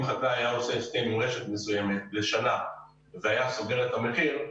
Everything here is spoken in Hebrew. חקלאי היה עושה הסכם עם רשת מסוימת לשנה והיה סוגר את המחיר,